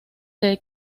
the